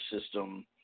system